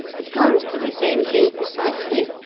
it comes to the same thing precisely.